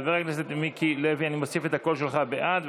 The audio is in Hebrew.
בעד,